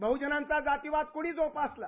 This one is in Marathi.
बहूजनाचा जातीयवाद कोणी जोपासला